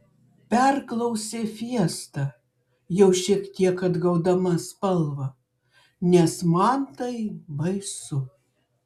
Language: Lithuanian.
perklausė fiesta jau šiek tiek atgaudama spalvą nes man tai baisu